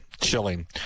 chilling